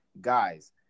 guys